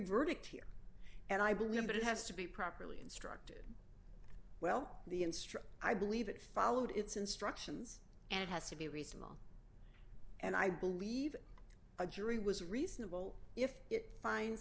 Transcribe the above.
verdict here and i believe that it has to be properly instructed well the instruct i believe it followed its instructions and it has to be reasonable and i believe a jury was reasonable if it fin